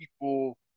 people